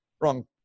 Wrong